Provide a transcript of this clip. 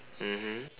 mmhmm